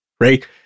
Right